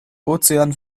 ozean